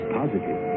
positive